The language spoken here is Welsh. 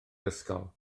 ysgol